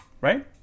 Right